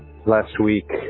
last week,